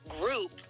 group